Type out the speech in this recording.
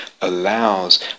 allows